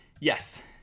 Yes